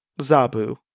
Zabu